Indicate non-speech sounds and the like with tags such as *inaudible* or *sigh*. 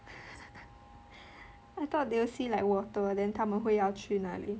*laughs* I thought they will see like water then 他们会要去那里